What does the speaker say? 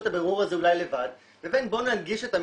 את הבירור הזה אולי לבד" לבין "בוא ננגיש את המידע",